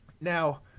Now